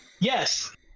yes